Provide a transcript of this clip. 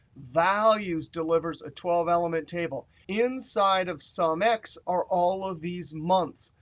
values delivers a twelve element table. inside of sumx are all of these months.